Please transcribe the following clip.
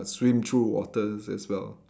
swim through waters as well